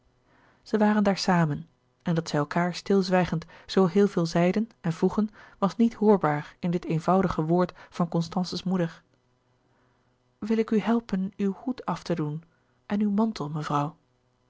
zij waren daar samen en dat zij elkaâr stilzwijgend zoo heel veel zeiden en vroegen was niet hoorbaar in dit eenvoudige woord van constance's moeder wil ik u helpen uw hoed af te doen en uw mantel mevrouw